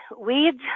weeds